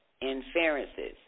Inferences